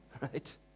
right